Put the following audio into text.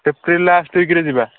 April last ୱିକ୍ରେ ଯିବା